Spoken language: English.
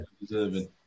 Deserving